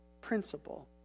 principle